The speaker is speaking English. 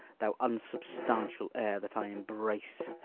thou unsubstantial air that i embrace!